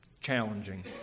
challenging